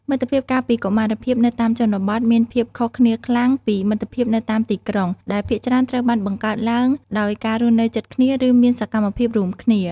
មិត្តភាពកាលពីកុមារភាពនៅតាមជនបទមានភាពខុសគ្នាខ្លាំងពីមិត្តភាពនៅតាមទីក្រុង ដែលភាគច្រើនត្រូវបានបង្កើតឡើងដោយការរស់នៅជិតគ្នាឬមានសកម្មភាពរួមគ្នា។